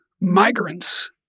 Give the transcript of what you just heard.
migrants